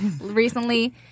recently